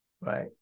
Right